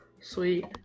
sweet